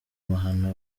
mahano